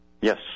Yes